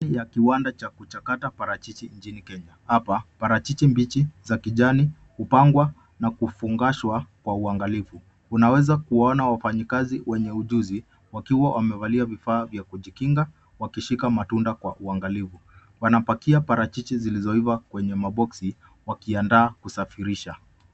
Ardhi ya kiwanda cha kuchakata parachichi nchini Kenya. Hapa parachichi mbichi za kijani hupangwa na kufungashwa kwa uangalifu. Unaweza kuwaona wafanyakazi wenye ujuzi wakiwa wamevalia vifaa vya kujikinga wakishika matunda kwa uangalifu. Wanapakia parachichi zilizoiva kwenye maboksi wakiandaa kusafirisha